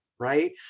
right